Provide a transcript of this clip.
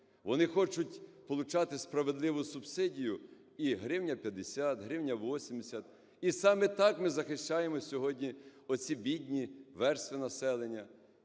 вони хочуть получати справедливу субсидію і 1 гривня 50, 1 гривня 80, і саме так ми захищаємо сьогодні оці бідні верстви населення.